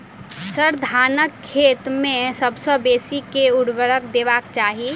sir, धानक खेत मे सबसँ बेसी केँ ऊर्वरक देबाक चाहि